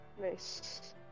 Nice